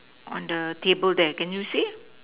on the table there can you see